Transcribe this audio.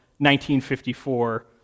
1954